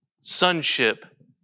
sonship